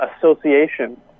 association